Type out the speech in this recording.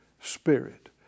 spirit